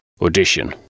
Audition